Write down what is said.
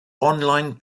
online